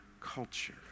culture